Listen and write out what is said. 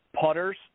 putters